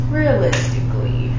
realistically